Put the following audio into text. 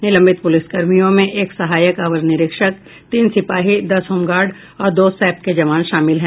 निलंबित पुलिसकर्मियों में एक सहायक अवर निरीक्षक तीन सिपाही दस होमगार्ड और दो सैप के जवान शामिल हैं